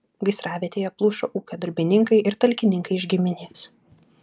gaisravietėje plušo ūkio darbininkai ir talkininkai iš giminės